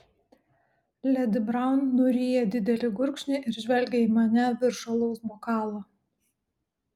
ledi braun nuryja didelį gurkšnį ir žvelgia į mane virš alaus bokalo